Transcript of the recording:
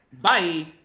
Bye